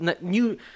new